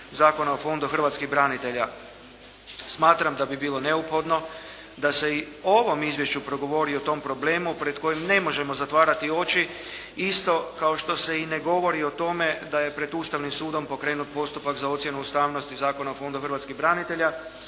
Zakona o Fondu hrvatskih branitelja. Smatram da bi bilo neophodno da se i u ovom izvješću progovori o tom problemu pred kojim ne možemo zatvarati oči isto kao što se i ne govori o tome da je pred Ustavnim sudom pokrenut postupak za ocjenu ustavnosti Zakona o Fondu hrvatskih branitelja,